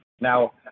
Now